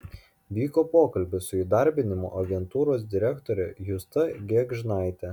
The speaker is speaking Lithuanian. vyko pokalbis su įdarbinimo agentūros direktore justa gėgžnaite